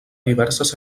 diverses